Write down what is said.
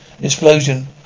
explosion